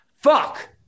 fuck